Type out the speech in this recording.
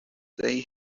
they